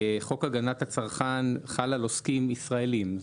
חוק הגנת הצרכן חל על עוסקים ישראליים,